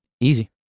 Easy